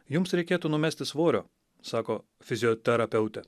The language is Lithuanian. jums reikėtų numesti svorio sako fizioterapeutė